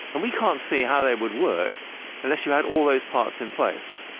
and we can't see how they would work unless you had all those parts in place.